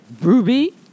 Ruby